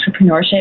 entrepreneurship